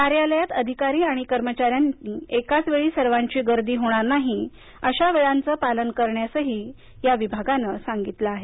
कार्यालयात अधिकारी आणि कर्मचार्यांनी एकाच वेळी सर्वांची गर्दी होणार नाही अशा वेळांचे पालन करण्यासही विभागानं सांगितलं आहे